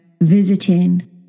visiting